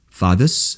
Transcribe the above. fathers